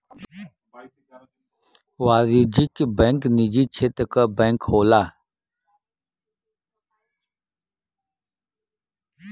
वाणिज्यिक बैंक निजी क्षेत्र क बैंक होला